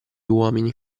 uomini